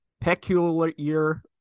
peculiar